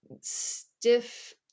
stiff